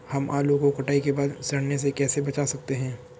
हम आलू को कटाई के बाद सड़ने से कैसे बचा सकते हैं?